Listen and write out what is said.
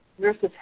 Nurses